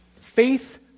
Faith